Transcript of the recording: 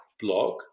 blog